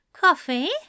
Coffee